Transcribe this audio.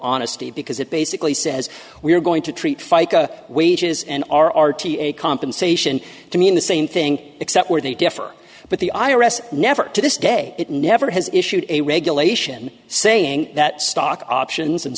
honesty because it basically says we are going to treat fica wages and our r t a compensation to mean the same thing except where they differ but the i r s never to this day it never has issued a regulation saying that stock options and